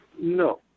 No